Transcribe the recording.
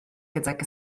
gydag